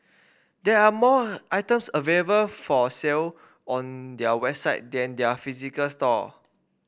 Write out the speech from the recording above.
there are more items available for sale on their website than their physical store